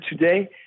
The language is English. today